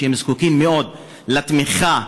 שזקוקים מאוד לתמיכה,